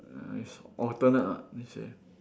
uh it's alternate ah they say